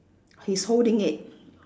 he's holding it